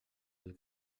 del